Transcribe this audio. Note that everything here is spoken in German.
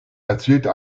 erzielte